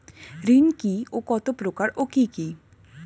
ঋণ কি ও কত প্রকার ও কি কি?